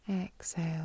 Exhale